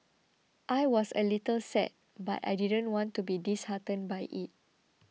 I was a little sad but I didn't want to be disheartened by it